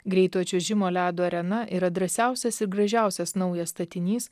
greito čiuožimo ledo arena yra drąsiausias ir gražiausias naujas statinys